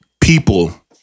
people